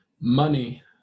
money